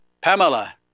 Pamela